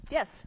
Yes